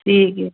ਠੀਕ ਏ